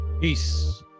Peace